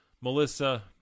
melissa